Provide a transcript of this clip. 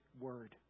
word